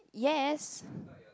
yes